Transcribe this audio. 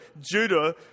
Judah